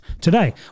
today